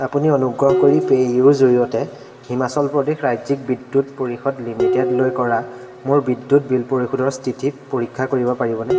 আপুনি অনুগ্ৰহ কৰি পে'ইউৰ জৰিয়তে হিমাচল প্ৰদেশ ৰাজ্যিক বিদ্যুৎ পৰিষদ লিমিটেডলৈ কৰা মোৰ বিদ্যুৎ বিল পৰিশোধৰ স্থিতি পৰীক্ষা কৰিব পাৰিবনে